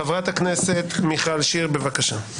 חברת הכנסת מיכל שיר, בבקשה.